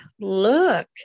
look